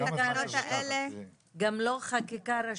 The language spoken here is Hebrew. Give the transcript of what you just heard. גם לא חקיקה ראשית,